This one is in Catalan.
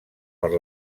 per